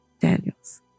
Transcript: Daniels